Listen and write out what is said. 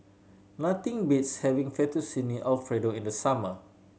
nothing beats having Fettuccine Alfredo in the summer